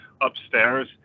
upstairs